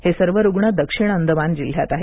हे सर्व रुग्ण दक्षिण अंदमान जिल्ह्यात आहेत